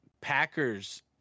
packers